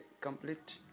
complete